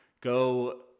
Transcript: go